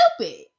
stupid